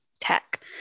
tech